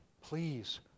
please